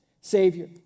Savior